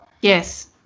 Yes